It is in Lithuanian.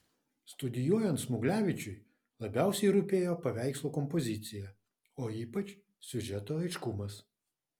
studijuojant smuglevičiui labiausiai rūpėjo paveikslo kompozicija o ypač siužeto aiškumas